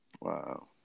Wow